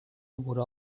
would